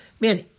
Man